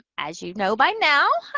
as you know by now,